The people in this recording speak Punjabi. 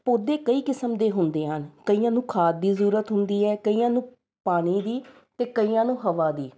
ਪੌਦੇ ਕਈ ਕਿਸਮ ਦੇ ਹੁੰਦੇ ਹਨ ਕਈਆਂ ਨੂੰ ਖਾਦ ਦੀ ਜ਼ਰੂਰਤ ਹੁੰਦੀ ਹੈ ਕਈਆਂ ਨੂੰ ਪਾਣੀ ਦੀ ਅਤੇ ਕਈਆਂ ਨੂੰ ਹਵਾ ਦੀ